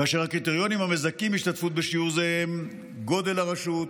כאשר הקריטריונים המזכים בהשתתפות בשיעור זה הם גודל הרשות,